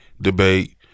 debate